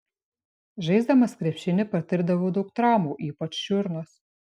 žaisdamas krepšinį patirdavau daug traumų ypač čiurnos